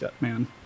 man